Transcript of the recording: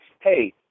hey